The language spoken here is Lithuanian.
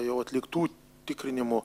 jau atliktų tikrinimų